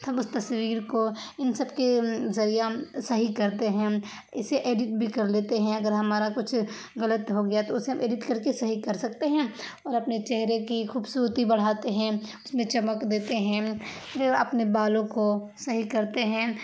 ہم بس تصویر کو ان سب کے ذریعہ صحیح کرتے ہیں اسے ایڈٹ بھی کر لیتے ہیں اگر ہمارا کچھ غلط ہو گیا تو اسے ہم ایڈٹ کر کے صحیح کر سکتے ہیں اور اپنے چہرے کی خوبصورتی بڑھاتے ہیں اس میں چمک دیتے ہیں جو اپنے بالوں کو صحیح کرتے ہیں